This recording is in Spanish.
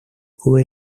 cuba